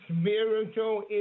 spiritual